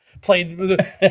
Played